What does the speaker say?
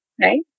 right